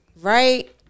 right